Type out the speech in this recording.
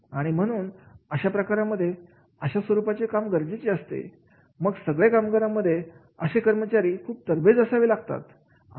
आणि म्हणून अशा प्रकारांमध्ये अशा स्वरूपाचे काम गरजेचे असते मग सगळे कामगारांमध्ये अशी कर्मचारी खूप तरबेज असावे लागतात